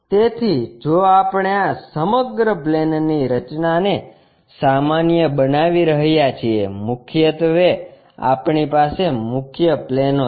તેથી જો આપણે આ સમગ્ર પ્લેનની રચનાને સામાન્ય બનાવી રહ્યા છીએ મુખ્યત્વે આપણી પાસે મુખ્ય પ્લેનો છે